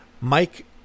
Mike